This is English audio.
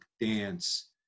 dance